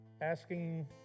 asking